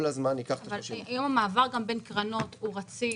כל הזמן ניקח 30%. אבל אם המעבר בין קרנות הוא רציף,